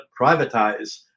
privatize